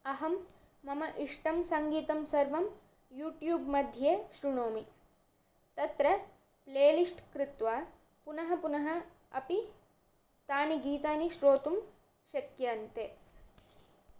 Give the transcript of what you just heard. अहं मम इष्टं सङ्गीतं सर्वं यूट्यूब् मध्ये शृणोमि तत्र प्ले लिस्ट् कृत्वा पुनः पुनः अपि तानि गीतानि श्रोतुं शक्यन्ते